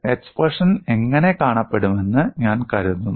expression എങ്ങനെ കാണപ്പെടുമെന്ന് ഞാൻ കരുതുന്നു